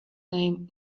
name